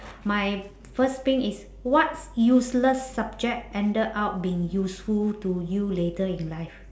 my first pink is what useless subject ended up being useful to you later in life